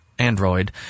Android